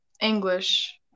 English